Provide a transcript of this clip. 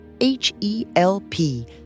H-E-L-P